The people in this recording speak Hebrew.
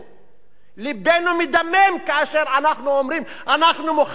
לבנו מדמם כאשר אנחנו אומרים: אנחנו מוכנים לחלוקת הארץ.